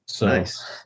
Nice